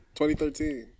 2013